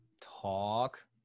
Talk